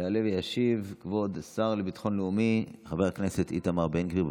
יעלה וישיב כבוד השר לביטחון לאומי חבר הכנסת איתמר בן גביר.